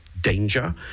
danger